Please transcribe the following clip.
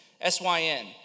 S-Y-N